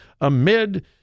amid